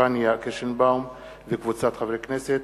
פניה קירשנבאום וקבוצת חברי הכנסת,